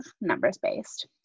numbers-based